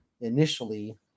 initially